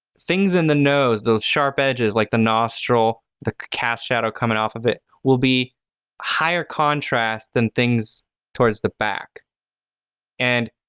things in the nose, those sharp edges, like the nostril, the cast shadow coming off of it will be higher contrast than things towards the back and